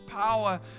power